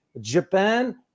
Japan